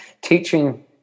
teaching